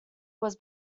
was